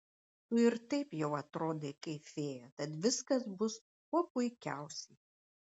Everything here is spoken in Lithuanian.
tu ir taip jau atrodai kaip fėja tad viskas bus kuo puikiausiai